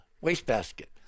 wastebasket